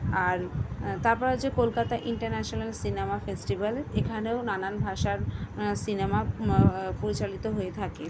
আর তারপরে হচ্ছে Kolkata international cinema festival এখানেও নানান ভাষার সিনেমা প্রচালিত হয়ে থাকে